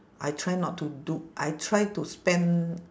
I try not to do I try to spend